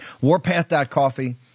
Warpath.coffee